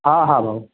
हा हा भाउ